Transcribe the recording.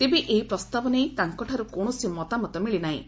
ତେବେ ଏହି ପ୍ରସ୍ତାବ ନେଇ ତାଙ୍କଠାର୍ କୌଣସି ମତାମତ ମିଳି ନାହିଁ